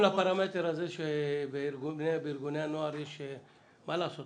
לפרמטר הזה שבארגוני הנוער יש ,מה לעשות,